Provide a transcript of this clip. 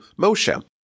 Moshe